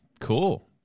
Cool